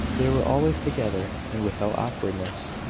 they were always together, and without awkwardness.